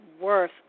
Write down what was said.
Worth